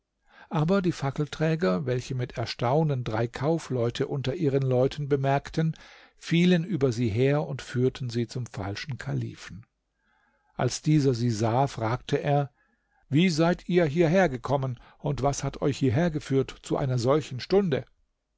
aber die fackelträger welche mit erstaunen drei kaufleute unter ihren leuten bemerkten fielen über sie her und führten sie zum falschen kalifen als dieser sie sah fragte er wie seid ihr hierhergekommen und was hat euch hierhergeführt zu einer solchen stunde